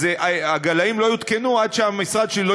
אז הגלאים לא יותקנו עד שהמשרד שלי לא